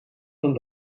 dan